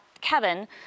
Kevin